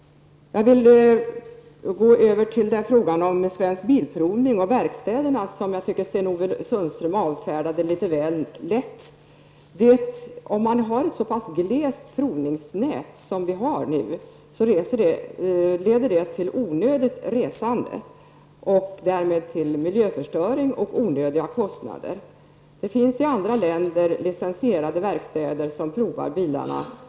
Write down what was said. Jag vill gå över till frågan om Svensk Bilprovning och verkstäderna, som jag tyckte att Sten-Ove Sundström avfärdade litet väl lätt. Om man har ett så pass glest provningsnät som vi nu har, leder det till onödigt resande och därmed till miljöförstöring och till onödiga kostnader. Det finns i andra länder licensierade verkstäder som provar bilarna.